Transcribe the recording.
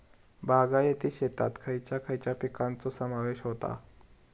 बागायती शेतात खयच्या खयच्या पिकांचो समावेश होता?